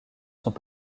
sont